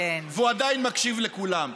והוא עדיין מקשיב לכולם.